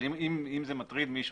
אבל אם זה מטריד מישהו,